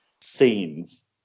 scenes